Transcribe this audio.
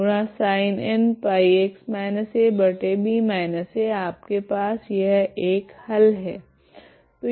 तो आपके पास यह एक हल है